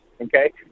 okay